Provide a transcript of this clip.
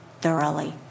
thoroughly